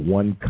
one